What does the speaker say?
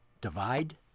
Divide